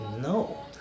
no